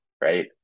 right